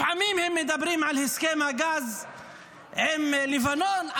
לפעמים הם מדברים על הסכם הגז עם לבנון,